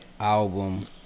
album